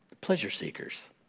pleasure-seekers